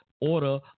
order